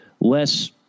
less